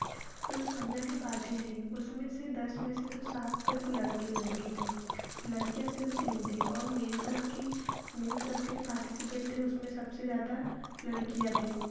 तो जो सामने वाली पार्टी थी उसमें से दस में से तो सात सिर्फ़ लड़के लड़के थे लड़कियाँ सिर्फ़ तीन थी और मेरी तरफ़ की मेरी तरफ़ की पार्टीसिपेट थे उसमें सबसे ज़्यादा लड़कियाँ थीं